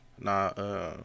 Nah